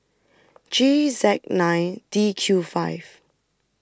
G Z nine D Q five